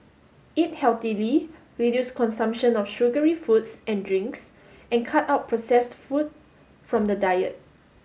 eat healthily reduce consumption of sugary foods and drinks and cut out processed food from the diet